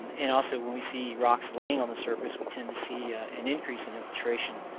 and also when we see rocks laying on the surface we tend to see an increase in infiltration,